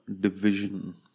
division